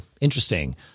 interesting